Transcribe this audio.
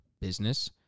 business